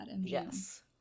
yes